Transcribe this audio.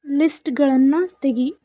ಲಿಸ್ಟ್ಗಳನ್ನು ತೆಗಿ